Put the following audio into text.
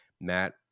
Matt